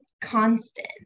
constant